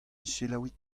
selaouit